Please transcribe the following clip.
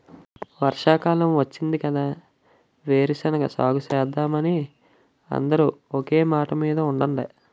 వర్షాకాలం వచ్చింది కదా వేరుశెనగ సాగుసేద్దామని అందరం ఒకే మాటమీద ఉండండి